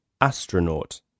astronaut